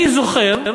אני זוכר,